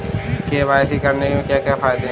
KYC करने के क्या क्या फायदे हैं?